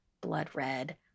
blood-red